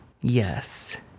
yes